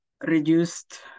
reduced